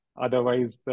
otherwise